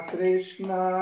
Krishna